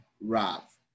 Rav